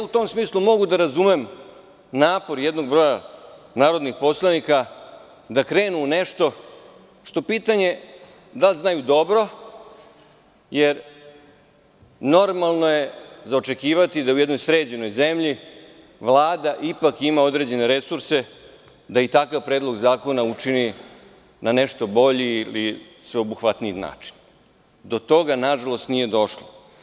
U tom smislu mogu da razumem napor jednog broja narodnih poslanika da krenu u nešto što je pitanje da li znaju dobro, jer normalno je za očekivati da u jednoj sređenoj zemlji Vlada ipak ima određene resurse da i takav predlog zakona učini nešto boljim i sveobuhvatnijim Do toga nažalost nije došlo.